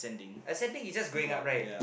ascending is just going up right